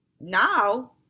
now